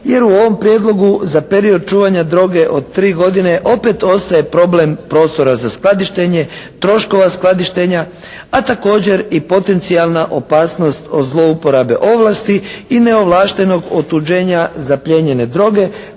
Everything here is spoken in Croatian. jer u ovom prijedlogu za period čuvanja droge od 3 godine opet ostaje problem prostora za skladištenje, troškova skladištenja, a također i potencijalna opasnost od zlouporabe ovlasti i neovlaštenog otuđenja zaplijenjene droge